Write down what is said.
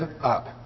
up